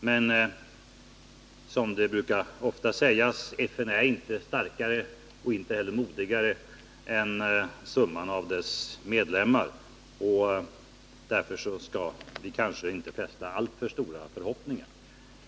Men, som det ofta brukar sägas, FN är inte starkare och inte heller modigare än dess medlemmar. Därför skall vi kanske inte hysa alltför stora förhoppningar.